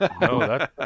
No